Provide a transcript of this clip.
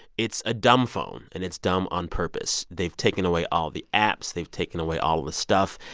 it's a dumb phone. and it's dumb on purpose. they've taken away all the apps. they've taken away all of the stuff.